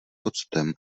octem